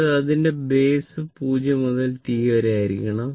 അതായതു അതിന്റെ ബേസ് 0 മുതൽ T വരെ ഉണ്ടായിരിക്കണം